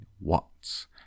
watts